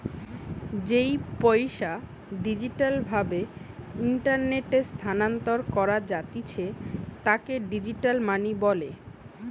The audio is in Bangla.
যেই পইসা ডিজিটাল ভাবে ইন্টারনেটে স্থানান্তর করা জাতিছে তাকে ডিজিটাল মানি বলে